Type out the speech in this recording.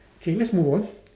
K let's move on